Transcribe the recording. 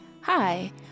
Hi